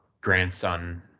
grandson